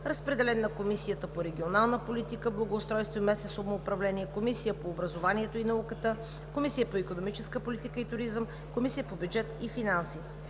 Разпределен е на Комисията по регионална политика, благоустройство и местно самоуправление, Комисията по образованието и науката, Комисията по икономическа политика и туризъм и Комисията по бюджет и финанси.